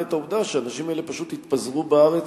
את זה שהאנשים האלה פשוט יתפזרו בארץ,